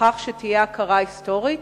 לכך שתהיה הכרה היסטורית.